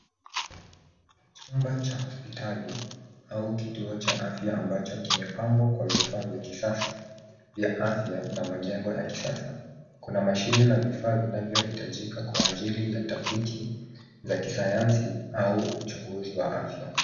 Chumba cha hospitali au kituo cha afya ambacho kimepambwa kwa vifaa vya kisasa vya afya na majengo ya kisasa. Kuna mashine na vifaa vinavyohitajika kwa ajili ya tafiti za kisayansi au uchunguzi wa afya.